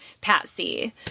Patsy